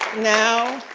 now,